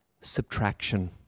subtraction